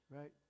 right